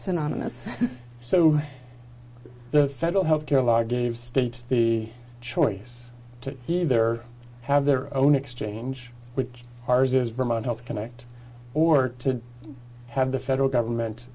synonymous so the federal health care law gave states the choice to either have their own exchange which ours is vermont health connect or to have the federal government